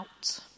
out